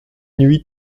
huit